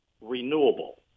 renewable